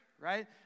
right